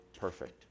perfect